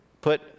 put